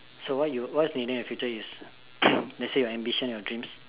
so what you what's needed in your future is let's say your ambition your dreams